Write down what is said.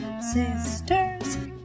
sisters